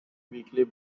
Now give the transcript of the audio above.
weakly